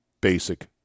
basic